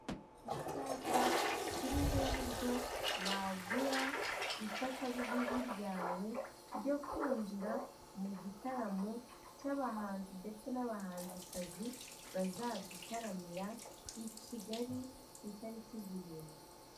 Icyapa kiriho uburyo wagura ifatabuguzi ryawe, ryo kwinjira mu gitaramo cy'abahanzi ndetse n'abahanzikazi bazadutaramira i Kigali, ku itariki zirindwi.